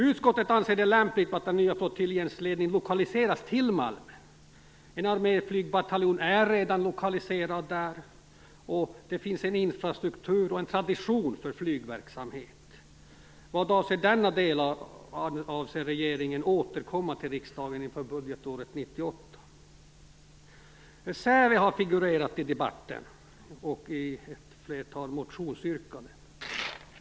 Utskottet anser det lämpligt att den nya flottiljens ledning lokaliseras till Malmen. En arméflygbataljon är redan lokaliserad dit, och det finns en infrastruktur och en tradition för flygverksamhet. Vad avser denna del avser regeringen återkomma till riksdagen inför budgetåret 1998. Säve har figurerat i debatten och i ett flertal motionsyrkanden.